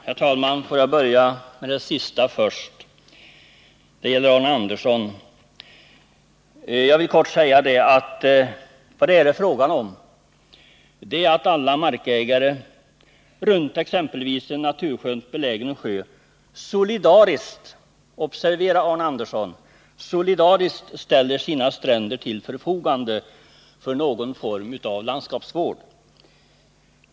Herr talman! Vad det är fråga om, Arne Andersson, är att alla markägare runt exempelvis en naturskönt belägen sjö solidariskt ställer sina stränder till förfogande för någon form av landskapsvård.